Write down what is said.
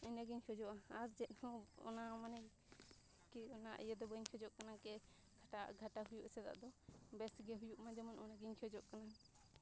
ᱤᱱᱟᱹᱜᱤᱧ ᱠᱷᱚᱡᱚᱜᱼᱟ ᱟᱨ ᱪᱮᱫᱦᱚᱸ ᱚᱱᱟ ᱢᱟᱱᱮ ᱚᱱᱟ ᱤᱭᱟᱹ ᱫᱚ ᱵᱟᱹᱧ ᱠᱷᱚᱡᱚᱜ ᱠᱟᱱᱟ ᱜᱷᱟᱴᱟ ᱦᱩᱭᱩᱜ ᱥᱮ ᱫᱟᱜ ᱫᱚ ᱵᱮᱥᱜᱮ ᱦᱩᱭᱩᱜᱼᱢᱟ ᱡᱮᱢᱚᱱ ᱚᱱᱟᱜᱤᱧ ᱠᱷᱚᱡᱚᱜ ᱠᱟᱱᱟ